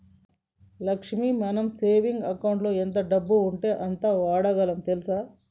లక్ష్మి మన సేవింగ్ అకౌంటులో ఎంత డబ్బు ఉంటే అంత వాడగలం తెల్సా